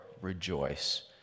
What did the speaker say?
rejoice